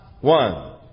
one